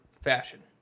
fashion